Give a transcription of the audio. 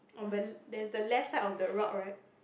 on the l~ there's the left side of the rock right